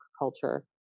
culture